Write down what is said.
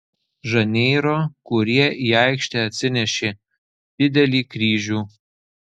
žaneiro kurie į aikštę atsinešė didelį kryžių